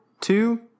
Two